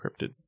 encrypted